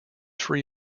free